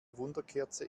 wunderkerze